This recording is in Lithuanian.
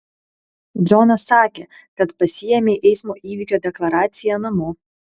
džonas sakė kad pasiėmei eismo įvykio deklaraciją namo